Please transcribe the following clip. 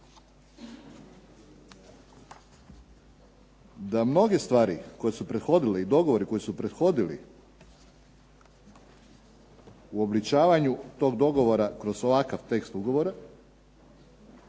da mnoge stvari koje su prethodile i dogovori koji su prethodili uobličavanju tog dogovora kroz ovakav tekst ugovora,